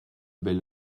bel